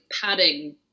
padding